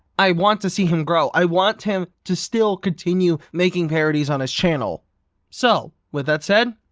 i want to see him grow. i want him to still continue making parodies on his channel so with that said,